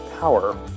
power